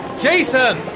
Jason